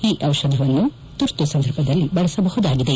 ಈ ಜಿಷಧವನ್ನು ತುರ್ತು ಸಂದರ್ಭದಲ್ಲಿ ಬಳಸಬಹುದಾಗಿದೆ